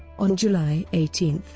on july eighteen,